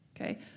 Okay